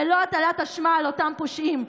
ללא הטלת אשמה על אותם פושעים.